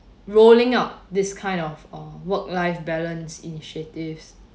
rolling out this kind of uh work life balance initiatives